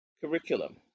Curriculum